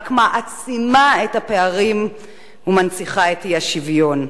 מעצימה את הפערים ומנציחה את האי-שוויון.